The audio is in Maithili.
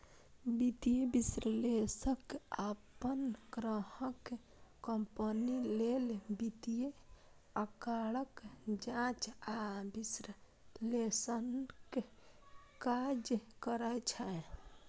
वित्तीय विश्लेषक अपन ग्राहक कंपनी लेल वित्तीय आंकड़ाक जांच आ विश्लेषणक काज करै छै